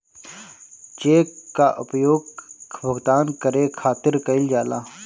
check कअ उपयोग भुगतान करे खातिर कईल जाला